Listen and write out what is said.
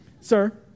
sir